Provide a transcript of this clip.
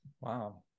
wow